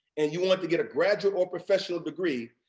and you want like to get a graduate or professional degree,